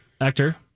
actor